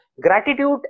gratitude